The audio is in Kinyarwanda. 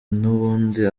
n’ubundi